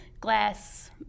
glass